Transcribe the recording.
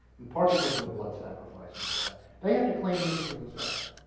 in part, because of the blood sacrifice and all of that. they have to claim lincoln for themselves.